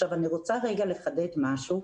אני רוצה לחדד משהו.